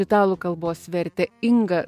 italų kalbos vertė inga